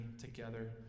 together